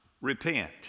repent